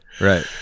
Right